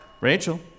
Rachel